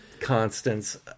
constants